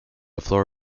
floor